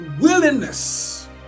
willingness